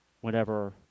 whenever